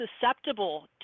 susceptible